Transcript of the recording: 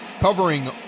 covering